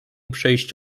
przejść